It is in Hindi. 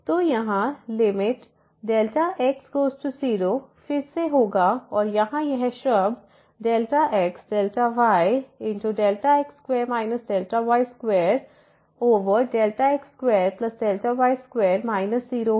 fx0ΔyfΔxΔy f0ΔyΔx Δy तो यहां Δx→0 फिर से होगा और यहां यह शब्द ΔxΔyΔx2 Δy2x2Δy2 0 होगा फिर हमारे पास Δx है